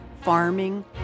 farming